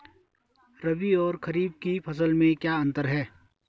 रबी और खरीफ की फसल में क्या अंतर है?